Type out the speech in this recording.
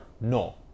No